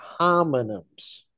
homonyms